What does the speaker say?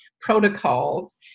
protocols